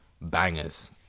bangers